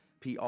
PR